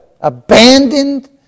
abandoned